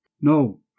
No